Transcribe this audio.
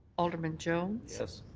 alderman jones. yes.